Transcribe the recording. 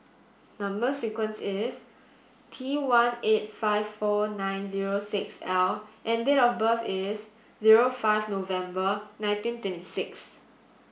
number sequence is T one eight five four nine zero six L and date of birth is zero five November nineteen twenty six